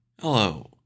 Hello